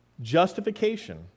Justification